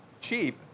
cheap